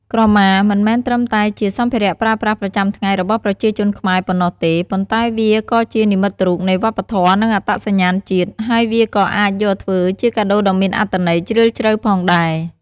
ក្រមា មិនមែនត្រឹមតែជាសម្ភារៈប្រើប្រាស់ប្រចាំថ្ងៃរបស់ប្រជាជនខ្មែរប៉ុណ្ណោះទេ ប៉ុន្តែវាក៏ជា និមិត្តរូបនៃវប្បធម៌ និងអត្តសញ្ញាណជាតិ ហើយវាក៏អាចយកធ្វើជាកាដូដ៏មានអត្ថន័យជ្រាលជ្រៅផងដែរ។